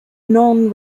non